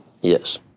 Yes